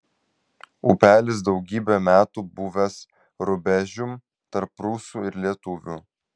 upelis daugybę metų buvęs rubežium tarp prūsų ir lietuvių